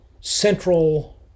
central